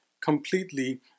completely